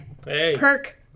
Perk